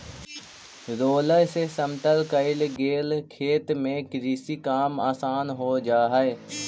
roller से समतल कईल गेल खेत में कृषि काम आसान हो जा हई